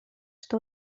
что